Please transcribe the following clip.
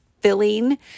filling